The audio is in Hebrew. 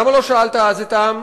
למה לא שאלת אז את העם?